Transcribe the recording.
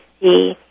see